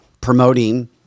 promoting